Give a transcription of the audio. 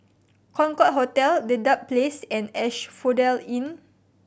Concorde Hotel Dedap Place and Asphodel Inn